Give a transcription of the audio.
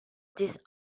this